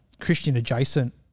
Christian-adjacent